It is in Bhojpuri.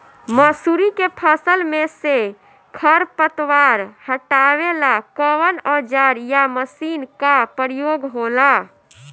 मसुरी के फसल मे से खरपतवार हटावेला कवन औजार या मशीन का प्रयोंग होला?